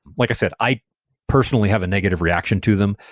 like i said, i personally have a negative reaction to them,